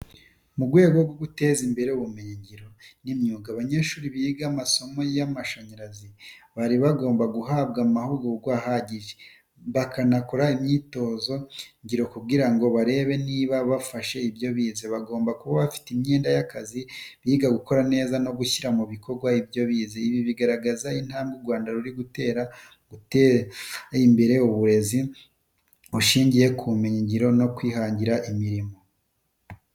Mu rwego rwo guteza imbere ubumenyi ngiro n’imyuga, abanyeshuri biga amasomo y’amashanyarazi bari bagomba guhabwa amahugurwa ahagije bakanakora imyitozo ngiro kugira ngo barebe niba barafashe ibyo bize. Bagomba kuba bafite imyenda y’akazi, biga gukora neza no gushyira mu bikorwa ibyo bize. Ibi bigaragaza intambwe u Rwanda ruri gutera mu guteza imbere uburezi bushingiye ku bumenyi ngiro no kwihangira imirimo.